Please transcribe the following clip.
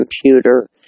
computer